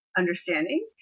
understanding